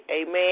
amen